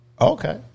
Okay